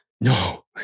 No